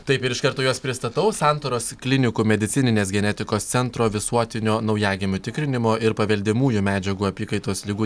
taip ir iš karto juos pristatau santaros klinikų medicininės genetikos centro visuotinio naujagimių tikrinimo ir paveldimųjų medžiagų apykaitos ligų